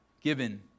given